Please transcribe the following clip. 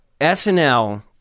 SNL